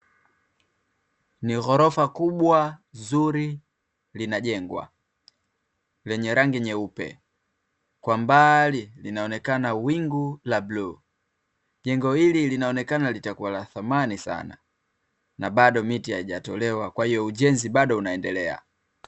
Ni ghorofa kubwa linalojengwa lenye rangi nyeupe, kwa mbali linaonekana wingu la bluu. Jengo hili linaonekana litakuwa la thamani sana na bado miti haijatolewa kwa hiyo ujenzi bado unaendelea.